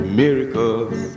miracles